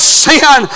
sin